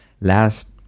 last